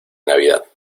navidad